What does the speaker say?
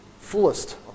fullest